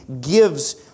gives